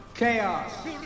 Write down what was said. Chaos